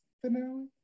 Finale